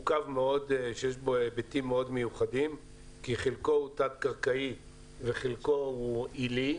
הוא קו שיש בו היבטים מאוד מיוחדים כי חלקו הוא תת-קרקעי וחלקו עילי,